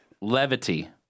Levity